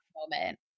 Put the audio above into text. moment